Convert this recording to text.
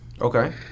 Okay